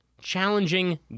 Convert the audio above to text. challenging